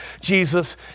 Jesus